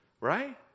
Right